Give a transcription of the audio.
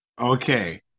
Okay